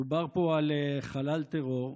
מדובר פה על חלל טרור,